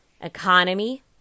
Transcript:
Economy